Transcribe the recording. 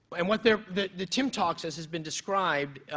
and what they're the the timtalks as it's been described,